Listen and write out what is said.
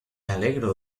alegro